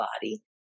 body